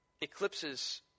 eclipses